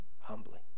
humbly